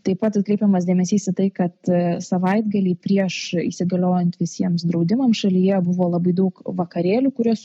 taip pat atkreipiamas dėmesys į tai kad savaitgalį prieš įsigaliojant visiems draudimams šalyje buvo labai daug vakarėlių kuriuos